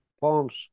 Poems